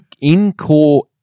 in-core